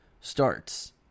starts